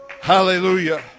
Hallelujah